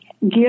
give